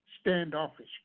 standoffish